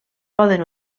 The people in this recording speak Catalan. poden